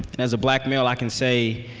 and as a black male, i can say